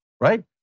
right